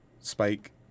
Spike